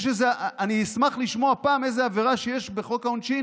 אני אשמח לשמוע על עבירה מחוק העונשין